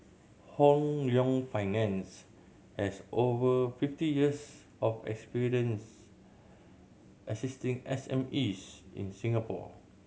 Hong Leong Finance has over fifty years of experience assisting S M Es in Singapore